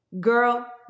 girl